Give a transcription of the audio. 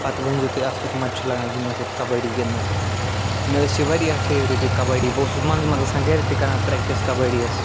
پتہٕ ؤنۍ زیٛو تُہۍ اَتھ کیٛتھ مَزٕ چھُ لَگان گِنٛدنَس اَتھ کَبَڈی گِنٛدنَس مےٚ ٲسۍ یہِ واریاہ فیورِٹ یہِ کَبَڈی بہٕ اوسُس منٛزٕ منٛز آسان گھرِ تہِ کران پرٛیٚکٹِس کَبَڈی یَس